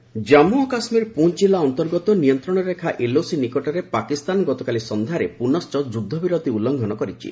mortar ଆକ୍ରମଣ ଜାମ୍ମୁ ଓ କାଶ୍ମୀର ପୁଞ୍ କିଲ୍ଲା ଅନ୍ତର୍ଗତ ନିୟନ୍ତ୍ରଣ ରେଖା ଏଲଓସି ନିକଟରେ ପାକିସ୍ତାନ ଗତକାଲି ସନ୍ଧ୍ୟାରେ ପୁନଶ୍ଚ ଯୁଦ୍ଧବିରତି ଉଲ୍ଲୁଘନ କରିଛି